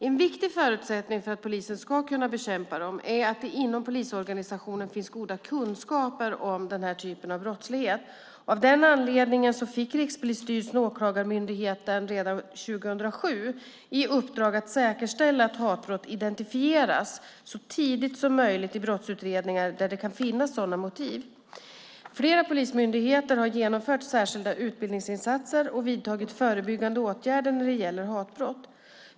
En viktig förutsättning för att polisen ska kunna bekämpa dem är att det inom polisorganisationen finns goda kunskaper om denna typ av brottslighet. Av den anledningen fick Rikspolisstyrelsen och Åklagarmyndigheten redan 2007 i uppdrag att säkerställa att hatbrott identifieras så tidigt som möjligt i brottsutredningar där det kan finnas sådana motiv. Flera polismyndigheter har genomfört särskilda utbildningsinsatser och vidtagit förebyggande åtgärder när det gäller hatbrott.